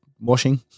washing